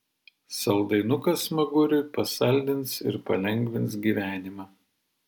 saldainukas smaguriui pasaldins ir palengvins gyvenimą